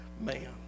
man